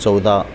चौदा